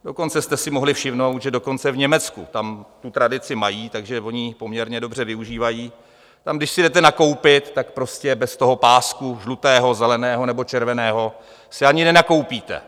Dokonce jste si mohli všimnout, že dokonce v Německu, tam tu tradici mají, takže oni ji poměrně dobře využívají, tam, když si jdete nakoupit, tak prostě bez toho pásku žlutého, zeleného nebo červeného si ani nenakoupíte.